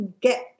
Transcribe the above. get